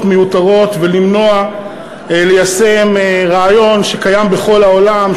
מיותרות ולמנוע יישום רעיון שקיים בכל העולם,